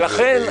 ולכן,